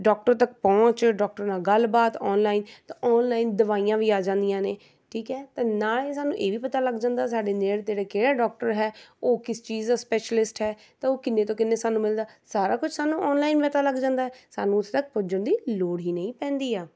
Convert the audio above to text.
doctor ਤੱਕ ਪਹੁੰਚ doctor ਨਾਲ ਗੱਲਬਾਤ ਔਨਲਾਈਨ ਤਾਂ ਔਨਲਾਈਨ ਦਵਾਈਆਂ ਵੀ ਆ ਜਾਂਦੀਆਂ ਨੇ ਠੀਕ ਹੈ ਤਾਂ ਨਾਲ ਹੀ ਸਾਨੂੰ ਇਹ ਵੀ ਪਤਾ ਲੱਗ ਜਾਂਦਾ ਸਾਡੇ ਨੇੜੇ ਤੇੜੇ ਕਿਹੜਾ ਡਾਕਟਰ ਹੈ ਉਹ ਕਿਸ ਚੀਜ਼ ਦਾ ਸਪੇਸ਼ਿਲਿਸਟ ਹੈ ਤਾਂ ਉਹ ਕਿੰਨੇ ਤੋਂ ਕਿੰਨੇ ਸਾਨੂੰ ਮਿਲਦਾ ਸਾਰਾ ਕੁਝ ਸਾਨੂੰ ਔਨਲਾਈਨ ਪਤਾ ਲੱਗ ਜਾਂਦਾ ਸਾਨੂੰ ਉਸ ਤੱਕ ਪੁੱਜਣ ਦੀ ਲੋੜ ਹੀ ਨਹੀਂ ਪੈਂਦੀ ਆ